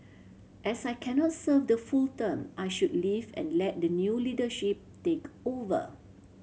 as I cannot serve the full term I should leave and let the new leadership take over